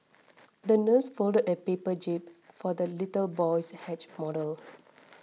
the nurse folded a paper jib for the little boy's model